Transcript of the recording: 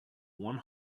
one